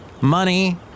money